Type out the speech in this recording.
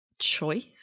choice